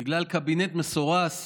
בגלל קבינט מסורס